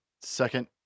second